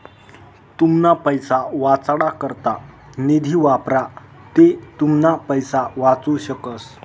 तुमना पैसा वाचाडा करता निधी वापरा ते तुमना पैसा वाचू शकस